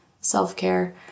self-care